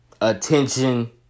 Attention